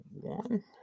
one